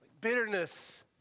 bitterness